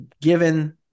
given